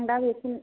आं दा बेखौनो